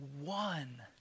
one